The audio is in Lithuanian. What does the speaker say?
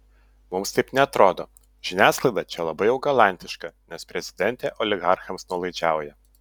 mums taip neatrodo žiniasklaida čia labai jau galantiška nes prezidentė oligarchams nuolaidžiauja